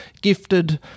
gifted